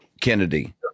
Kennedy